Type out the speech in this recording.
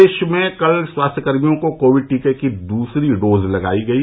प्रदेश में कल स्वास्थ्यकर्मियों को कोविड टीके की दूसरी डोज लगायी गयी